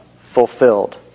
fulfilled